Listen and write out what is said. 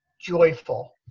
joyful